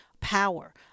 power